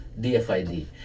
DFID